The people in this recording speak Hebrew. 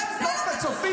החוק הזה לא חל עליי.